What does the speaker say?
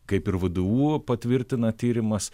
kaip ir vdu patvirtina tyrimas